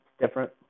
different